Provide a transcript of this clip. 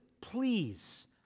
please